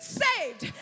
saved